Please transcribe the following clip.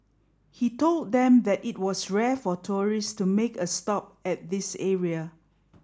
he told them that it was rare for tourist to make a stop at this area